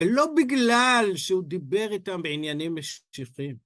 ולא בגלל שהוא דיבר איתם בעניינים משיחיים.